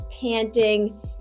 panting